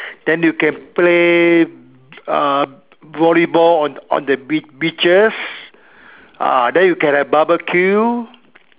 then you can play uh volleyball on on the beach beaches then you can have barbecue